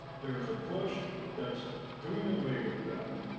there's a push that's doing away with that.